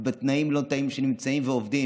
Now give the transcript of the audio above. שבתנאים-לא-תנאים נמצא ועובד.